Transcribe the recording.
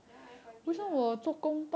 ya F_Y_P lah